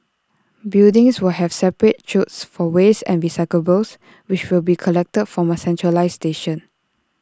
buildings will have separate chutes for waste and recyclables which will be collected from A centralised station